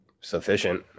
sufficient